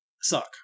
suck